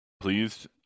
Please